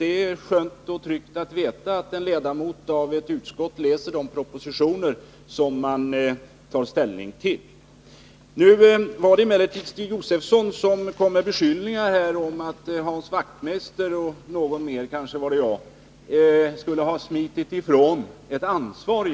Det är tryggt att veta att en ledamot läser de propositioner som han har att ta ställning till i sitt utskott. Emellertid kom Stig Josefson med beskyllningar om att Hans Wachtmeister och någon mer — kanske var det jag — skulle ha smitit ifrån ett ansvar.